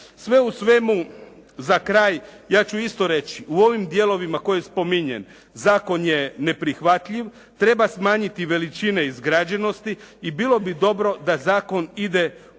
Sve u svemu za kraj ja ću isto reći. U ovim dijelovima koje spominjem. Zakon je neprihvatljiv. Treba smanjiti veličine izgrađenosti i bilo bi dobro da zakon ide u